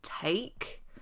take